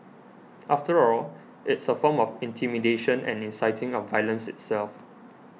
after all it's a form of intimidation and inciting of violence itself